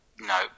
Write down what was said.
No